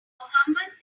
mohammed